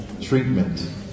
treatment